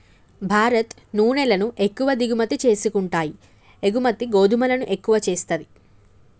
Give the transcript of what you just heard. భారత్ నూనెలను ఎక్కువ దిగుమతి చేసుకుంటాయి ఎగుమతి గోధుమలను ఎక్కువ చేస్తది